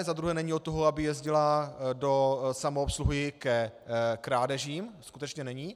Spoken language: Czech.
Za druhé není od toho, aby jezdila do samoobsluhy ke krádežím, skutečně není.